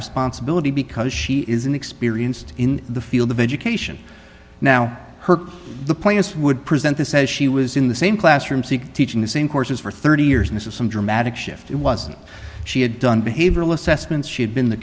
responsibility because she is inexperienced in the field of education now her the plainest would present this as she was in the same classroom seek teaching the same courses for thirty years and have some dramatic shift it wasn't she had done behavioral assessments she had been the